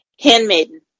Handmaiden